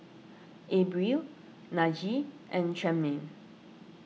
Abril Najee and Tremaine